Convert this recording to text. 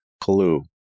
clue